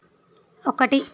ఒకటి